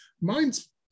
mine's